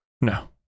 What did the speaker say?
No